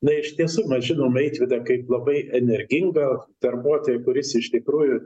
na iš tiesų mes žinom eitvydą kaip labai energingą darbuotoją kuris iš tikrųjų